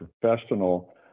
professional